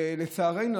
לצערנו.